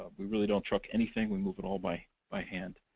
ah we really don't truck anything, we move it all by by hand.